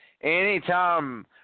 anytime